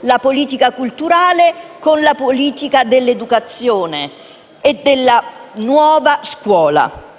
della politica culturale con la politica dell'educazione e della nuova scuola.